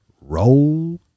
Roll